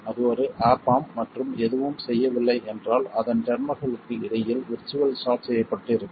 அது ஒரு op amp மற்றும் எதுவும் செய்யவில்லை என்றால் அதன் டெர்மினல்களுக்கு இடையில் விர்ச்சுவல் ஷார்ட் செய்யப்பட்டு இருக்கும்